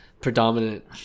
predominant